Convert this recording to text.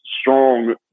strong